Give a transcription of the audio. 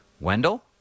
Wendell